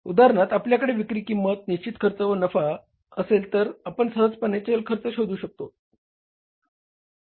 उदाहरणार्थ आपल्याकडे विक्री किंमत निश्चित खर्च व नफा असेल तर आपण सहजपणे चल खर्च शोधू शकतोत